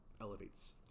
elevates